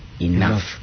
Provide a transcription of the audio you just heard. enough